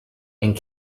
and